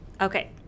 Okay